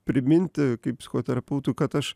priminti kaip psichoterapeutui kad aš